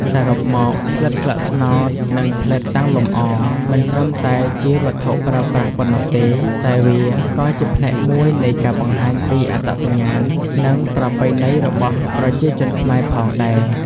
សរុបមក ផ្លិតស្លឹកត្នោត និងផ្លិតតាំងលម្អ មិនត្រឹមតែជាវត្ថុប្រើប្រាស់ប៉ុណ្ណោះទេ តែវាក៏ជាផ្នែកមួយនៃការបង្ហាញពីអត្តសញ្ញាណ និងប្រពៃណីរបស់ប្រជាជនខ្មែរផងដែរ។